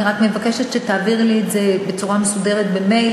אני רק מבקשת שתעביר לי את זה בצורה מסודרת במייל